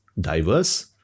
diverse